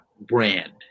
brand